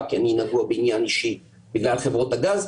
כי אני נגוע בעניין אישי בגלל חברות הגז,